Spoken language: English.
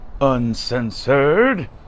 uncensored